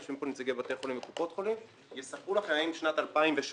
יושבים כאן נציגי בתי החולים וקופות החולים ויספרו לכם האם שנת 2017